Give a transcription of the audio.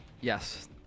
Yes